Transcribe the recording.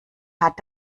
hat